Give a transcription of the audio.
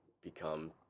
become